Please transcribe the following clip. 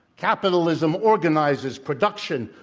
capitalism organizes production,